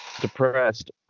depressed